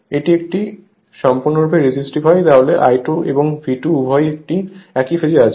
যদি এটি সম্পূর্ণরূপে রেজিস্টিভ হয় তাহলে I2 এবং V2 উভয়ই একই ফেজে আছে